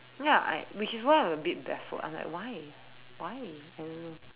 ya I which is why I'm a bit baffled I'm like why why I don't know